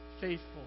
faithful